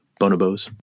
bonobos